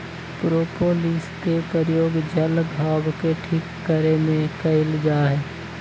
propolis के प्रयोग जल्ल घाव के ठीक करे में कइल जाहई